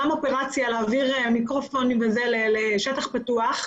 תוסיפי על זה גם אופרציה להעביר מיקרופונים וכולי לשטח פתוח.